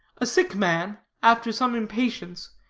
a sick man, after some impatience,